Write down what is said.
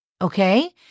Okay